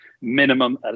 minimum